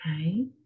Okay